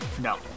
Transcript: No